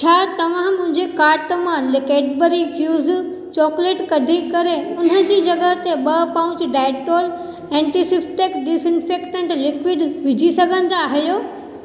छा तव्हां मुंहिंजे कार्ट मां कैडबरी फ्यूज चॉकलेट कढी करे उन जी जॻह ते ॿ pouch Dettol antiseptic disinfectant liquid विझी सघंदा आहियो